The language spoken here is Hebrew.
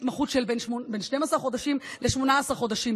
התמחות של 12 חודשים לזו של 18 חודשים.